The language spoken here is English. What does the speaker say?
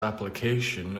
application